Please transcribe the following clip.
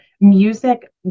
music